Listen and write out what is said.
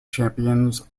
champions